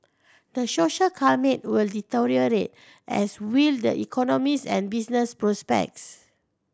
the social climate will deteriorate as will the economies and business prospects